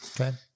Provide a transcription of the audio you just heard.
okay